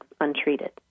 untreated